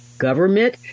Government